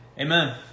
Amen